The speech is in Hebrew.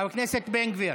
חבר הכנסת בן גביר?